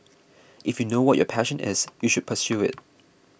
if you know what your passion is you should pursue it